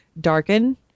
darken